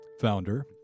founder